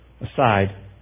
Aside